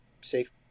safe